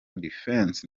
defense